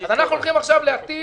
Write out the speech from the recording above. אז אנחנו הולכים עכשיו להטיל,